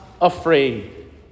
afraid